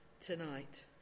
tonight